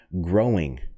growing